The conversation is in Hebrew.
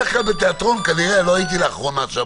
לא הייתי לאחרונה בתיאטרון